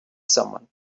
someone